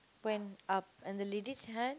went up and the lady's hand